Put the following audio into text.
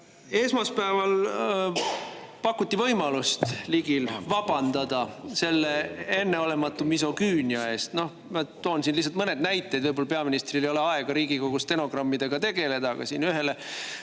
Esmaspäeval pakuti võimalust Ligile vabandada selle enneolematu misogüünia eest. Ma toon siin lihtsalt mõned näited. Võib-olla peaministril ei ole aega Riigikogu stenogrammidega tegeleda, aga siin ühele